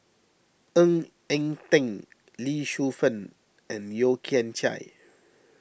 Ng Eng Teng Lee Shu Fen and Yeo Kian Chye